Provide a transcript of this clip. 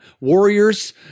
Warriors